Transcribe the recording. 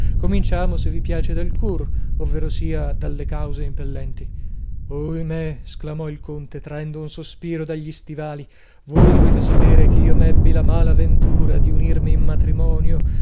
cominciamo se vi piace dal cur ovverosia dalle cause impellenti ohimè sclamò il conte traendo un sospiro dagli stivali voi dovete sapere ch'io m'ebbi la mala ventura di unirmi in matrimonio